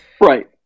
right